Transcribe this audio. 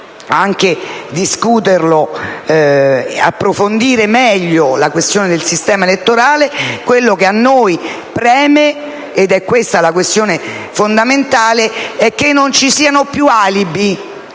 al riguardo, approfondendo meglio la questione del sistema elettorale. Quello che però a noi preme - ed è questa la questione fondamentale - è che non ci siano più alibi